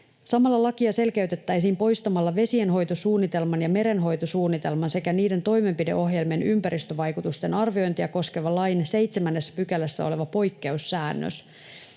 Samalla lakia selkeytettäisiin poistamalla vesienhoitosuunnitelman ja merenhoitosuunnitelman sekä niiden toimenpideohjelmien ympäristövaikutusten arviointia koskevan lain 7 §:ssä oleva poikkeussäännös.